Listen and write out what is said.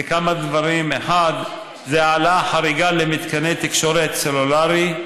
בכמה דברים: העלאה חריגה למתקני תקשורת סלולרי,